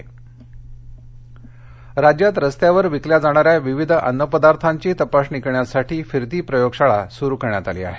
अन्नचाचणी राज्यात रस्त्यावर विकल्या जाणाऱ्या विविध अन्नपदार्थांची तपासणी करण्यासाठी फिरती प्रयोगशाळा सुरु करण्यात आली आहे